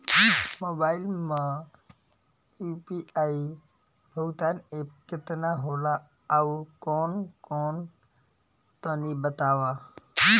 Mobile म UPI भुगतान app केतना होला आउरकौन कौन तनि बतावा?